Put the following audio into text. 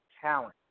talent